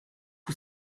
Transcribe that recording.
que